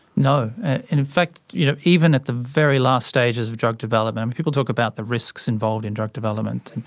no. and in fact you know even at the very last stages of drug development and people talk about the risks involved in drug development,